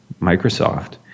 Microsoft